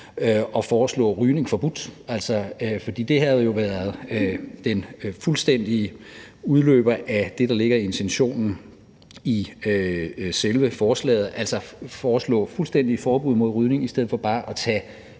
at forbyde rygning. For det havde jo været den konsekvente udløber af det, der ligger i intentionen i selve forslaget, at foreslå et totalforbud mod rygning i stedet for bare at tage